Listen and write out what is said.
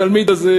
התלמיד הזה,